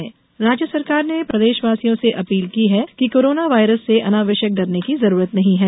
corona virus प्रदेश राज्य सरकार ने प्रदेशवासियों से अपील की है कि कोरोना वायरस से अनावश्यक डरने की जरूरत नहीं है